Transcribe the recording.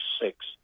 six